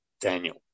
Daniel